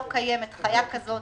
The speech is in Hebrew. לא קיימת חיה כזאת.